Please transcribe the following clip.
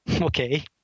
Okay